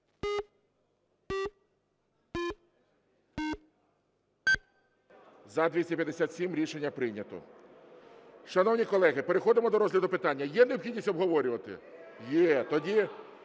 За-257 Рішення прийнято. Шановні колеги, переходимо до розгляду питання. Є необхідність обговорювати? Є. Тоді